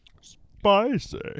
Spicy